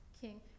King